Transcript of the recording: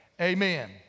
amen